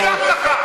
אני לא אסלח לך.